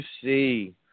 see –